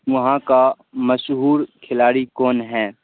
وہاں کا مشہور کھلاڑی کون ہے